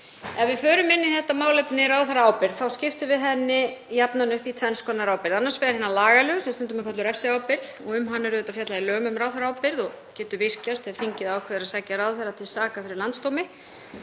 Ef við förum inn í þetta málefni, ráðherraábyrgð, þá skiptum við henni jafnan upp í tvenns konar ábyrgð. Annars vegar hina lagalegu sem stundum er kölluð refsiábyrgð og um hana er fjallað í lögum um ráðherraábyrgð og getur hún virkjast ef þingið ákveður að sækja ráðherra til saka fyrir landsdómi.